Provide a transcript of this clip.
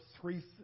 three